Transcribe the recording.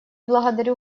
благодарю